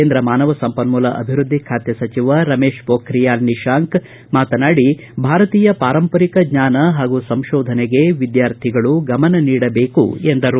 ಕೇಂದ್ರ ಮಾನವ ಸಂಪನ್ಮೂಲ ಅಭಿವೃದ್ದಿ ಖಾತೆ ಸಚಿವ ರಮೇಶ್ ಪ್ರೋಖಿಯಾಲ್ ನಿಶಾಂಕ್ ಭಾರತೀಯ ಪಾರಂಪರಿಕ ಜ್ವಾನ ಹಾಗೂ ಸಂಶೋಧನೆಗೆ ವಿದ್ಯಾರ್ಥಿಗಳು ಗಮನ ನೀಡಬೇಕು ಎಂದರು